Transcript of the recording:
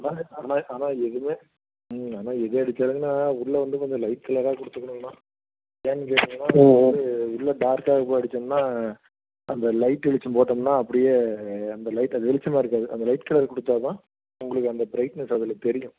அதாங்க அதுதான் அதுதான் எதுவுமே ம் அதுதான் எது அடித்தாலுங்கண்ணா உள்ளே வந்து கொஞ்சம் லைட் கலராக கொடுத்துக்கணுங்கண்ணா ஏன்னு கேட்டிங்கன்னால் அது உள்ளே டார்க்காக எதுவும் அடித்தோம்னா அந்த லைட்டு வெளிச்சம் போட்டோம்னால் அப்படியே அந்த லைட்டில் வெளிச்சமாக இருக்காது அந்த லைட் கலர் கொடுத்தா தான் உங்களுக்கு அந்த ப்ரைட்னஸ் அதில் தெரியும்